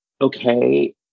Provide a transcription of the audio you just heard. okay